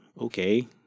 okay